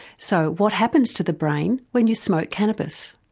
so what happens to the brain when you smoke cannabis?